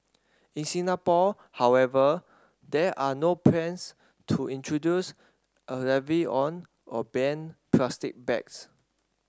in Singapore however there are no plans to introduce a levy on or ban plastic bags